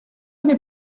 n’est